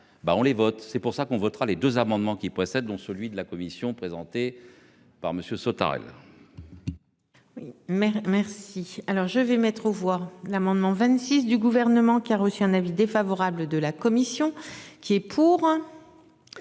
on les votes. C'est pour ça qu'on votera les deux amendements qui précède dont celui de la commission présentée par Monsieur Sautarel. Oui, mais merci. Alors je vais mettre aux voix l'amendement 26 du gouvernement qui a reçu un avis défavorable de la commission. Qui est pour.